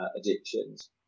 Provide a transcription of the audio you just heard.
addictions